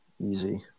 easy